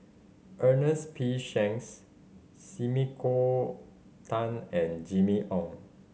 Ernest P Shanks Sumiko Tan and Jimmy Ong